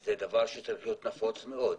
זה דבר שצריך להיות נפוץ מאוד.